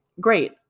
great